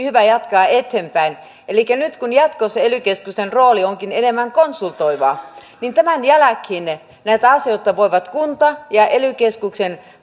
hyvä jatkaa eteenpäin elikkä nyt kun jatkossa ely keskusten rooli onkin enemmän konsultoiva niin tämän jälkeen näitä asioita voivat kunta ja ely keskuksen